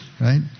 right